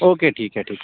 okay ٹھیک ہے ٹھیک ہے